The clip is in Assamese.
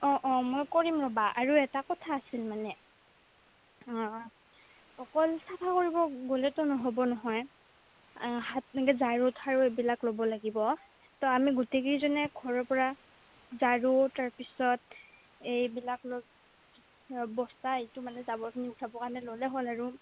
অঁ অঁ মই কৰিম ৰ'বা আৰু এটা কথা আছিল মানে অঁ অকল চাফা কৰিব গ'লেতো নহ'ব নহয় হাত এনেকৈ ঝাৰো ঠাৰো এইবিলাক ল'ব লাগিব তো আমি গোটেইকেইজনে ঘৰৰ পৰা ঝাৰো তাৰপিছত এইবিলাক বস্তা এইটো মানে জাবৰখিনি উঠাবৰ কাৰণে ল'লে হ'ল আৰু